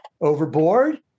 overboard